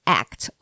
act